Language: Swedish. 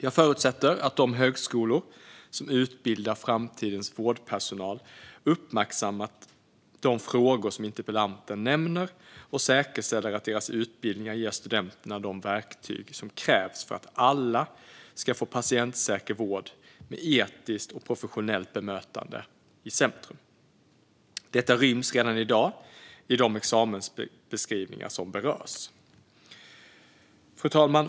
Jag förutsätter att de högskolor som utbildar framtidens vårdpersonal har uppmärksammat de frågor som interpellanten nämner och säkerställer att deras utbildningar ger studenterna de verktyg som krävs för att alla ska få patientsäker vård med etiskt och professionellt bemötande i centrum. Detta ryms redan i dag i de examensbeskrivningar som berörs.